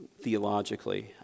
theologically